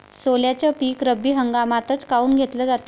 सोल्याचं पीक रब्बी हंगामातच काऊन घेतलं जाते?